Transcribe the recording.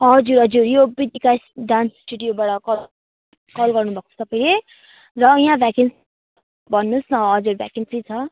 हजुर हजुर यो कृतिका डान्स स्टुडियोबाट कल कल गर्नु भएको छ तपाईँले र यहाँ भ्याकेन्सी भन्नुहोस् न हजुर भ्याकेन्सी छ